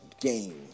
game